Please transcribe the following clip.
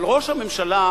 אבל ראש הממשלה,